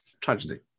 tragedy